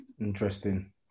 Interesting